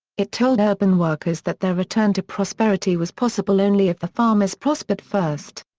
it told urban workers that their return to prosperity was possible only if the farmers prospered first.